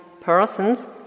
persons